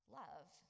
love